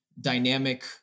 dynamic